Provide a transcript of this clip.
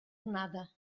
adornada